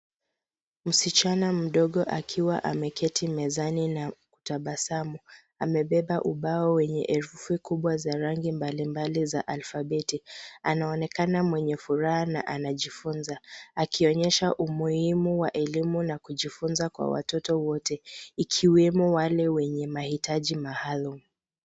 Msichana mdogo akiwa ameketi mezani na kutabasamu amebeba ubao wenye herufi kubwa za rangi mbali mbali za aphabeti anaonekana mwenye furaha na anajifunza akionyesha umuhimu wa elimu na kujifunza kwa watoto wote ikiwemo wale wenye mahitaji maalum.